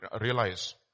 realize